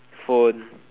phone